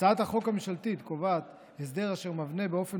הצעת החוק הממשלתית קובעת הסדר אשר מבנה באופן